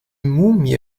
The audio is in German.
mumie